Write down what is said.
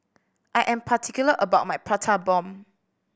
I am particular about my Prata Bomb